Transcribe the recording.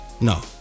No